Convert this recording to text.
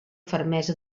fermesa